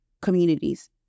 communities